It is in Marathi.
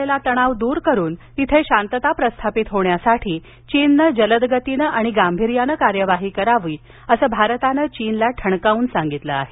भारत चीन सीमेवर निर्माण झालेला तणाव द्र करून तिथे शांतता प्रस्थापित होण्यासाठी चीननं जलद गतीनं आणि गांभीर्यानं कार्यवाही करावी असं भारतानं चीनला ठणकावून सांगितलं आहे